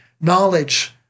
knowledge